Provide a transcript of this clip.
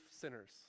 sinners